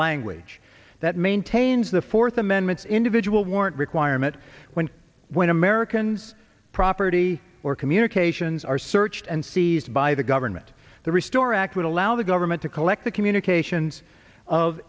language that maintains the fourth amendment individual warrant requirement when when americans property or communications are searched and seized by the government the restore act would allow the government to collect the communications of